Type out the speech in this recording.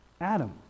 Adam